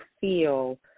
feel